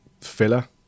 filler